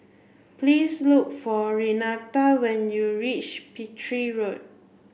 please look for Renata when you reach Petir Road